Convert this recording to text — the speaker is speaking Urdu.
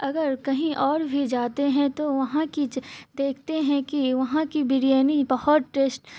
اگر کہیں اور بھی جاتے ہیں تو وہاں کی دیکھتے ہیں کہ وہاں کی بریانی بہت ٹیسٹ